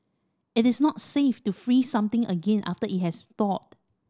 it is not safe to freeze something again after it has thawed